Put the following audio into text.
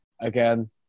again